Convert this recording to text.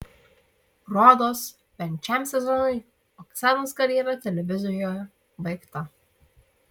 rodos bent šiam sezonui oksanos karjera televizijoje baigta